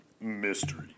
mystery